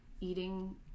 eating